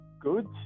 good